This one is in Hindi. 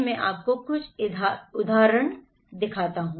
मैं आपको कुछ उदाहरण दिखा सकता हूं